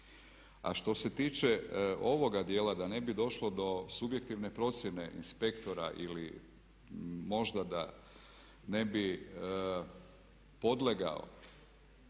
A što se tiče ovog dijela da ne bi došlo do subjektivne procjene inspektora ili možda da ne bi podlegao